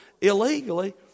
illegally